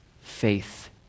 faith